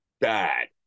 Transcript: bad